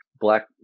black